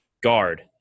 Guard